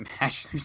match